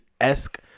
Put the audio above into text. esque